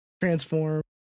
transform